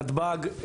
נתב"ג,